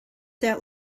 that